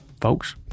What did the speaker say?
Folks